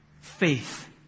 Faith